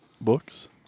books